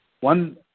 one